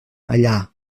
allà